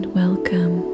welcome